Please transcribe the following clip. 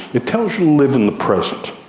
it tells you to live in the present,